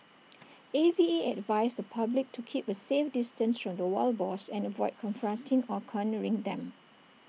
A V A advised the public to keep A safe distance the wild boars and avoid confronting or cornering them